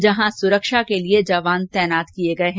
जहां सुरक्षा के लिए जवान तैनात किए गए है